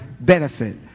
benefit